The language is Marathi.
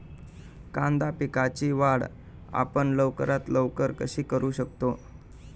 कांदा पिकाची वाढ आपण लवकरात लवकर कशी करू शकतो?